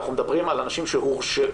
אנחנו מדברים על אנשים שהורשעו.